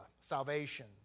salvation